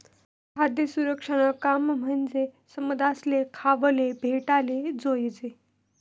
खाद्य सुरक्षानं काम म्हंजी समदासले खावाले भेटाले जोयजे